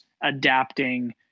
adapting